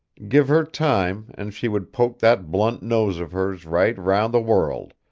give her time, and she would poke that blunt nose of hers right round the world,